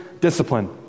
discipline